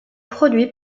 produit